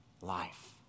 life